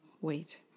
Wait